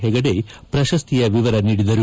ಹೆಗಡೆ ಪ್ರಶಸ್ತಿಯ ವಿವರ ನೀಡಿದರು